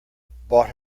bought